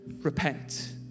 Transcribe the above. repent